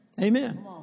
Amen